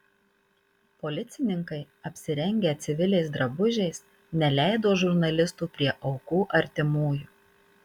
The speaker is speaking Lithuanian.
policininkai apsirengę civiliais drabužiais neleido žurnalistų prie aukų artimųjų